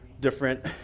different